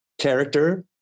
character